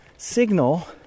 Signal